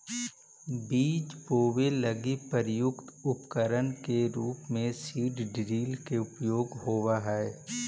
बीज बोवे लगी प्रयुक्त उपकरण के रूप में सीड ड्रिल के उपयोग होवऽ हई